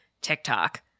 TikTok